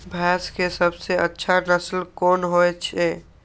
भैंस के सबसे अच्छा नस्ल कोन होय छे?